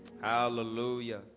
Hallelujah